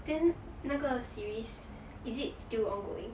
then 那个 series is it still ongoing